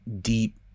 deep